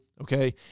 Okay